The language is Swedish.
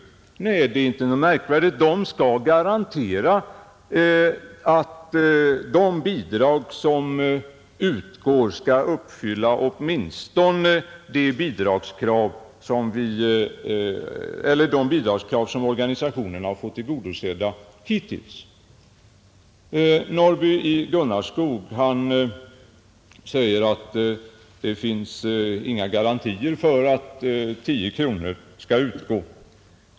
Nej, det är inte något märkvärdigt. De skall garantera att de bidrag som utgår uppfyller åtminstone de bidragskrav som organisationerna har fått tillgodosedda hittills. Herr Norrby i Gunnarskog säger att det inte finns några garantier för att 10 kronor kommer att utgå.